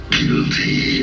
Guilty